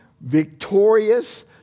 victorious